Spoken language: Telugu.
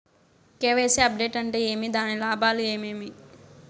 కె.వై.సి అప్డేట్ అంటే ఏమి? దాని లాభాలు ఏమేమి?